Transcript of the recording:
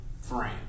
frame